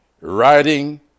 writing